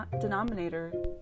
denominator